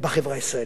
המגזר הערבי,